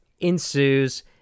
ensues